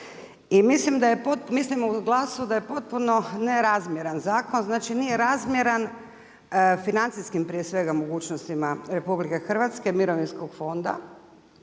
mislimo u GLAS-u da je potpuno nerazmjeran zakon, znači nije razmjeran financijskim prije svega mogućnostima RH, mirovinskog fonda